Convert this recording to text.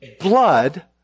blood